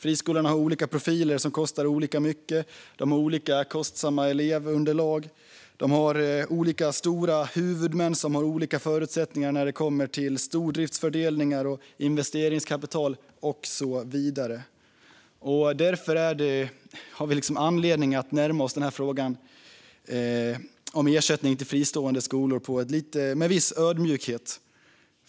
De har olika profiler som kostar olika mycket, de har olika kostsamma elevunderlag och de har olika stora huvudmän som har olika förutsättningar när det kommer till stordriftsfördelar och investeringskapital och så vidare. Därför har vi anledning att närma oss den här frågan om ersättning till fristående skolor med viss ödmjukhet.